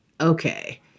okay